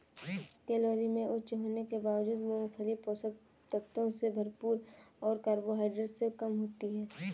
calorie में उच्च होने के बावजूद, मूंगफली पोषक तत्वों से भरपूर और कार्बोहाइड्रेट में कम होती है